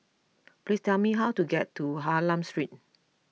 please tell me how to get to Hylam Street